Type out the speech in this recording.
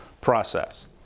process